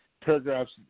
paragraphs